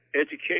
education